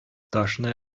ташны